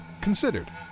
Considered